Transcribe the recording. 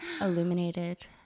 Illuminated